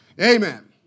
Amen